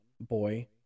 boy